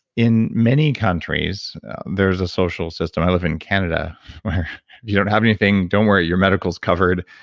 in many countries there's a social system. i live in canada where if you don't have anything, don't worry. your medical's covered,